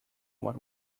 what